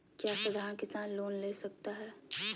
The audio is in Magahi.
क्या साधरण किसान लोन ले सकता है?